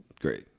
Great